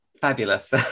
fabulous